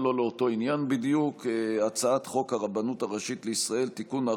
אבל לא אותו עניין בדיוק: הצעת חוק הרבנות הראשית לישראל (תיקון,